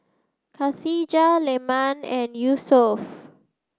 Khatijah Leman and Yusuf